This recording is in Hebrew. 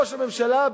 ראש הממשלה,